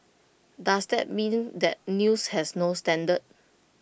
does that mean that news has no standard